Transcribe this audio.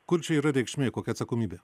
kur čia yra reikšmė kokia atsakomybė